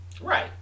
right